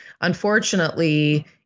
Unfortunately